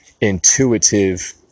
intuitive